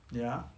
ya